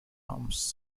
holmes